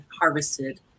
harvested